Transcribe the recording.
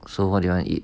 so what do you want eat